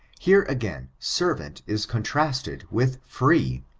here, again, servant is contrasted with free.